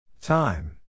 time